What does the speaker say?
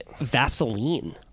Vaseline